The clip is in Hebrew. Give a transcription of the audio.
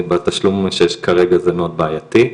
בתשלום שיש כרגע זה מאוד בעייתי.